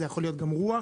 זה יכול להיות גם רוח.